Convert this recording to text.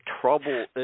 trouble